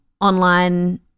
online